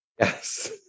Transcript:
yes